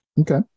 Okay